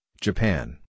Japan